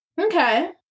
Okay